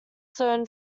zone